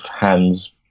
hands